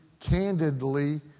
candidly